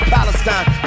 Palestine